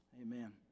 amen